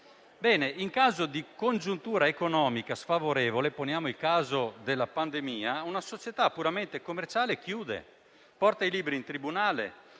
In caso di congiuntura economica sfavorevole, come nel caso della pandemia, una società puramente commerciale chiude e porta i libri in tribunale,